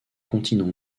continent